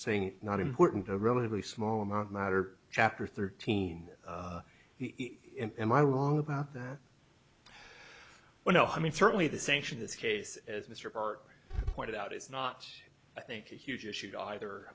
saying not important a relatively small amount matter chapter thirteen he and i wrong about that well no i mean certainly the sanction this case as mr part pointed out is not i think a huge issue to either